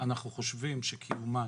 אנחנו חושבים שקיומם